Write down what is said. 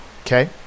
Okay